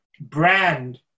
brand